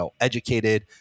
educated